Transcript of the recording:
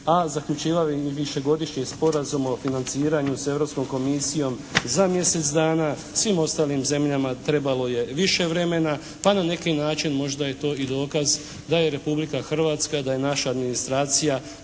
a zaključivali višegodišnji Sporazum o financiranju s Europskom komisijom za mjesec dana. Svim ostalim zemljama trebalo je više vremena, pa na neki način možda je to i dokaz da je Republika Hrvatska, da je naša administracija